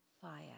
fire